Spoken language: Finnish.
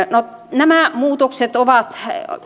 nämä muutokset ovat